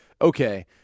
okay